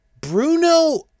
Bruno